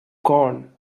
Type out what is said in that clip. corn